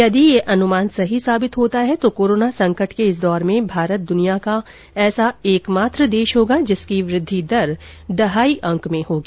यदि यह अनुमान सही साबित होता है तो कोरोना संकट के इस दौर में भारत दुनिया का ऐसा एकमात्र देश होगा जिसकी वृद्धि दर दहाई अंक में होगी